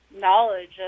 knowledge